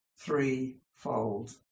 threefold